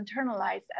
internalized